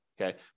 okay